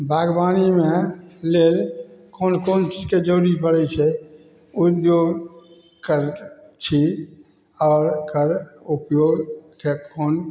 बागवानीमे लेल कोन कोन चीजके जरूरी पड़ै छै उद्योग कर छी आओर ओकर उपयोग कखन